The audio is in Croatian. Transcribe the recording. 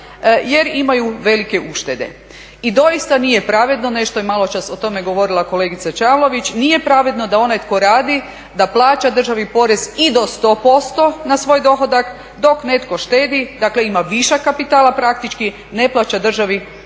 jer imaju velike uštede. I doista nije pravedno, nešto je maločas o tome govorila kolegica Čavlović. Nije pravedno da onaj tko radi da plaća državi porez i do 100% na svoj dohodak, dok netko štedi, dakle ima višak kapitala praktički ne plaća državi niti